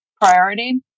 priority